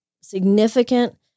significant